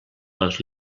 les